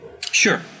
Sure